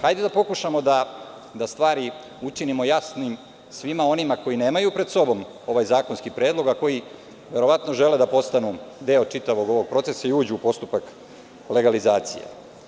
Hajde da pokušamo da stvari učinimo jasnim svima onima koji nemaju pred sobom ovaj zakonski predlog, a koji verovatno žele da postanu deo čitavog ovog procesa i uđu u postupak legalizacije.